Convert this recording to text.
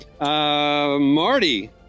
Marty